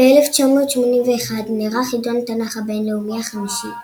ב-1981, נערך חידון התנך הבינלאומי החמישי.